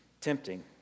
tempting